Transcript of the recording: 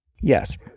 Yes